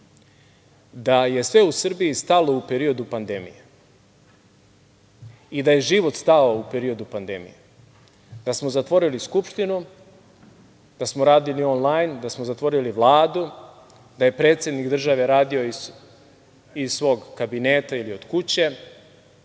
da je sve u Srbiji stalo u periodu pandemije i da je život stao u periodu pandemije, da smo zatvorili Skupštinu, da smo radili on-lajn, da smo zatvorili Vladu, da je predsednik države radio iz svog kabineta ili od kuće,